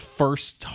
first